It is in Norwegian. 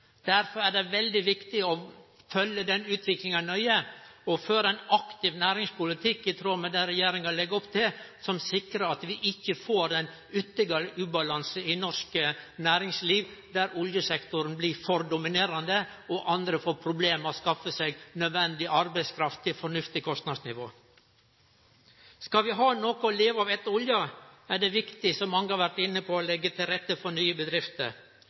Derfor er det veldig viktig å følgje denne utviklinga nøye og føre ein aktiv næringspolitikk i tråd med det regjeringa legg opp til, som sikrar at vi ikkje får ein ytterlegare ubalanse i norsk næringsliv, der oljesektoren blir for dominerande og andre får problem med å skaffe seg nødvendig arbeidskraft til eit fornuftig kostnadsnivå. Skal vi ha noko å leve av etter olja, er det viktig, som mange har vore inne på, å leggje til rette for nye bedrifter.